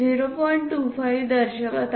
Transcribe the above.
25 दर्शवित आहोत